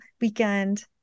weekend